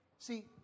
See